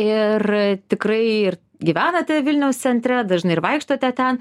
ir tikrai ir gyvenate vilniaus centre dažnai ir vaikštote ten